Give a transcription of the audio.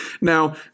Now